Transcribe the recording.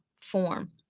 form